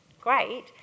great